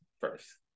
first